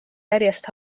järjest